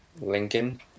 Lincoln